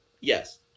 Yes